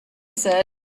said